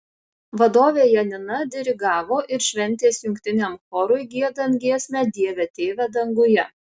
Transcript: vadovė janina dirigavo ir šventės jungtiniam chorui giedant giesmę dieve tėve danguje